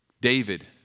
David